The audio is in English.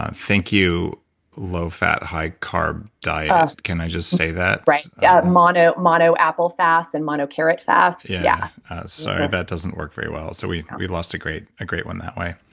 and thank you low fat, high carb diet. can i just say that? right. yeah mono mono apple fast and mono carrot fast. yeah sorry, that doesn't work very well, so we we lost a great ah great one that way.